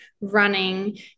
running